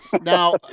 now